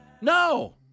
no